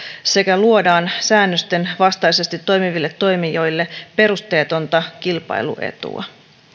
sekä luodaan säännösten vastaisesti toimiville toimijoille perusteetonta kilpailuetua